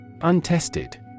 Untested